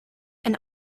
and